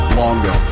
longer